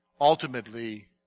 ultimately